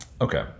okay